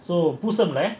so பூசம்ல:poosamla